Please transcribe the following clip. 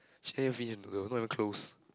she didn't even finish her noodle not even close